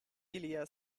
ilia